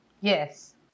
Yes